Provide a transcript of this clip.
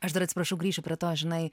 aš dar atsiprašau grįšiu prie to žinai